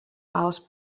als